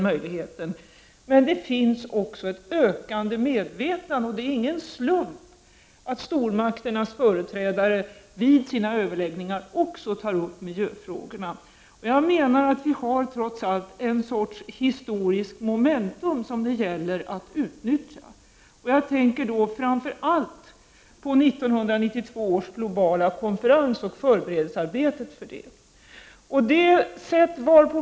Men det finns också ett ökande medvetande. Det är ingen slump att stormakternas företrädare vid sina överläggningar också tar upp miljöfrågorna. Jag menar att vi trots allt har ett historiskt momentum som det gäller att utnyttja. Jag tänker då framför allt på 1992 års globala konferens och förberedelsearbetet för denna.